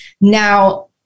now